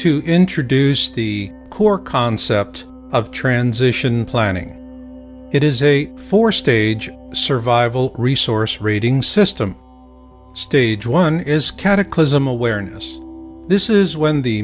to introduce the core concept of transition planning it is a four stage survival resource rating system stage one is cataclysm awareness this is when the